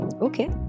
okay